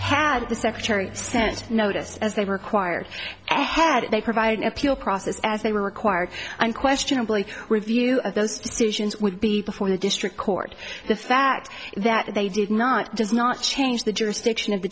had the secretary sent notice as they were required and headed they provide an appeal process as they were required unquestionably review of those decisions would be before the district court the fact that they did not does not change the jurisdiction of the